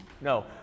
no